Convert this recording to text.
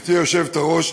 גברתי היושבת-ראש,